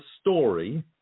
story